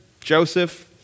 Joseph